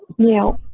you know,